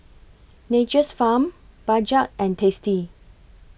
Nature's Farm Bajaj and tasty